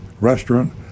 restaurant